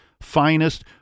finest